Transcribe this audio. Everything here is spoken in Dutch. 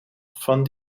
van